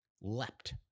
leapt